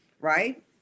right